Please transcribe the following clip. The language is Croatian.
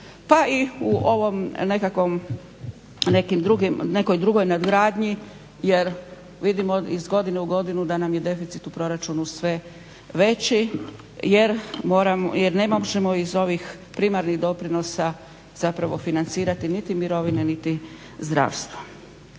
pa i u ovom nekakvom, nekoj drugoj nadgradnji jer vidimo iz godine u godinu da nam je deficit u proračunu sve veći jer ne možemo iz ovih primarnih doprinosa zapravo financirati niti mirovine, niti zdravstvo.